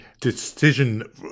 decision